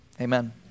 Amen